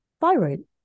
thyroid